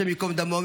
השם ייקום דמו,